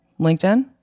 linkedin